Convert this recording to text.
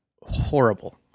Horrible